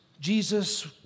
Jesus